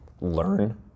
learn